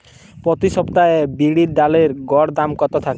প্রতি সপ্তাহে বিরির ডালের গড় দাম কত থাকে?